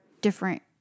different